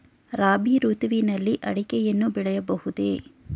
ರಾಬಿ ಋತುವಿನಲ್ಲಿ ಅಡಿಕೆಯನ್ನು ಬೆಳೆಯಬಹುದೇ?